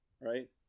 right